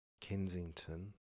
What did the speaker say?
Kensington